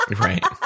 Right